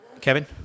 Kevin